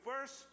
first